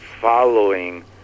following